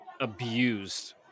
abused